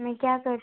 मैं क्या कर